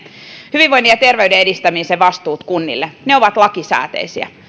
hyvinvoinnin ja terveyden edistämisen vastuut kunnille ovat lakisääteisiä